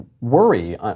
worry